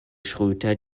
schröter